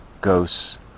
ghosts